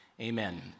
Amen